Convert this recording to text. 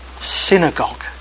synagogue